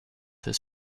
his